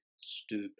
stoop